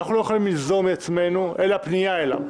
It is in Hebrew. אנחנו לא יכולים ליזום בעצמנו, אלא פנייה אליו.